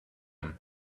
him